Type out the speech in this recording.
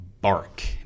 bark